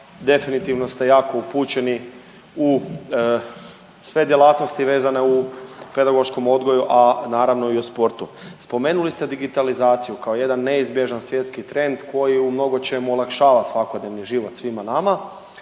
definitivno ste jako upućeni u sve djelatnosti vezane u pedagoškom odgoju, a naravno i u sportu. Spomenuli ste digitalizaciju kao jedan neizbježan svjetski trend koji u mnogo čemu olakšava svakodnevni život svima nama,